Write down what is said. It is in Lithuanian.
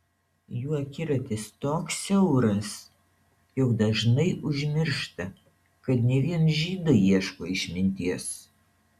jų akiratis toks siauras jog dažnai užmiršta kad ne vien žydai ieško išminties